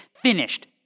finished